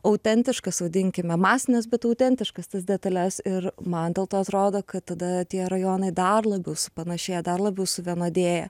autentiškas vadinkime masines bet autentiškas tas detales ir man dėl to atrodo kad tada tie rajonai dar labiau supanašėja dar labiau suvienodėja